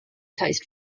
taste